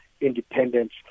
independence